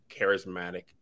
charismatic